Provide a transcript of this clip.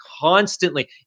constantly